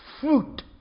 fruit